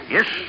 Yes